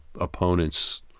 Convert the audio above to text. opponents